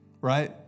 right